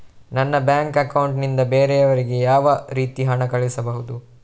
ನನ್ನ bank account ನಿಂದ ಬೇರೆಯವರಿಗೆ ಯಾವ ರೀತಿ ಹಣ ಕಳಿಸಬಹುದು?